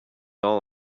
all